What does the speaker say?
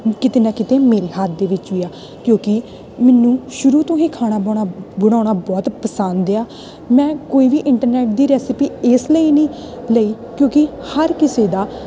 ਕਿਤੇ ਨਾ ਕਿਤੇ ਮੇਰੇ ਹੱਥ ਦੇ ਵਿੱਚ ਵੀ ਆ ਕਿਉਂਕਿ ਮੈਨੂੰ ਸ਼ੁਰੂ ਤੋਂ ਹੀ ਖਾਣਾ ਬੋਣਾ ਬਣਾਉਣਾ ਬਹੁਤ ਪਸੰਦ ਆ ਮੈਂ ਕੋਈ ਵੀ ਇੰਟਰਨੈਟ ਦੀ ਰੈਸਪੀ ਇਸ ਲਈ ਨਹੀਂ ਲਈ ਕਿਉਂਕਿ ਹਰ ਕਿਸੇ ਦਾ